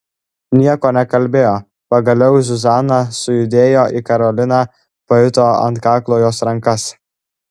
nieko nekalbėjo pagaliau zuzana sujudėjo ir karolina pajuto ant kaklo jos rankas